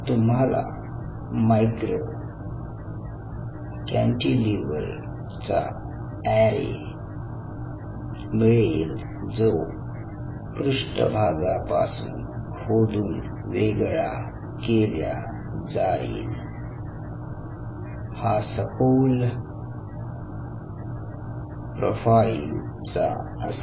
तुम्हाला मायक्रो कॅन्टील्व्हरचा अॅरे मिळेल जो पृष्ठभागापासून खोदून वेगळा केल्या जाईल हा सखोल प्रोफाइल चा असेल